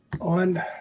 On